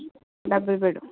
double bedroom